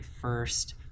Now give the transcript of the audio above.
first